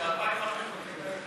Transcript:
לא, כשה-2,500 יהיו מוכנות.